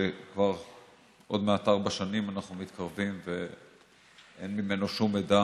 שכבר עוד מעט אנחנו מתקרבים לארבע שנים ואין ממנו שוב מידע.